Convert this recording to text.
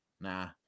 Nah